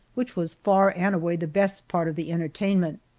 which was far and away the best part of the entertainment.